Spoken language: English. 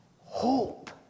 hope